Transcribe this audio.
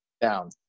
down